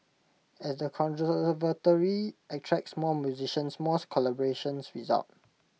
as the attracts more musicians more collaborations result